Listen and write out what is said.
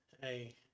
hey